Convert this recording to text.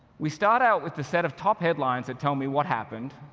we start out with a set of top headlines that tell me what happened,